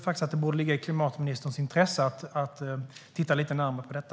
Det borde ligga i klimatministerns intresse att titta lite närmare på detta.